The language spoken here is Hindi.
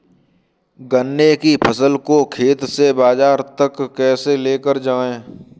गन्ने की फसल को खेत से बाजार तक कैसे लेकर जाएँ?